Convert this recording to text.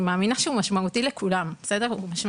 אני מאמינה שהוא משמעותי לכלל הסטודנטים.